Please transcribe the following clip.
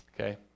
Okay